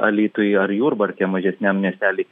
alytuj ar jurbarke mažesniam miestely